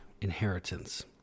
inheritance